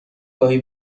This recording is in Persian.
گاهی